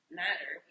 matter